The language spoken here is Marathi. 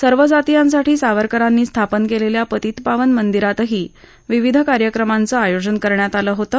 सर्वजातीयांसाठी सावरकरांनी स्थापन केलेल्या पतितपावन मंदिरातही विविध कार्यक्रमांचं आयोजन करण्यात आलं होतं